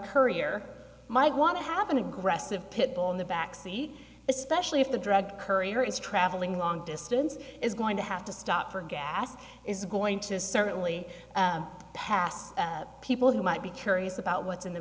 courier might want to have an aggressive pit bull in the back seat especially if the drug courier is traveling long distance is going to have to stop for gas is going to certainly pass people who might be curious about what's in the